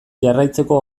jarraitzeko